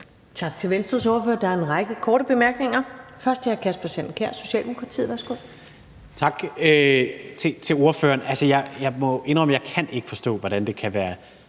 Tak til Venstres ordfører. Der er en række korte bemærkninger. Først til hr. Kasper Sand Kjær, Socialdemokratiet. Værsgo. Kl. 21:40 Kasper Sand Kjær (S): Tak til ordføreren. Jeg må indrømme, at jeg ikke kan forstå, hvordan det kan være